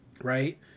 right